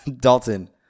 Dalton